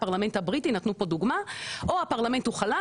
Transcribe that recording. הפרלמנט הבריטי נתנו פה דוגמה או הפרלמנט הוא חלש,